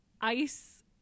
ice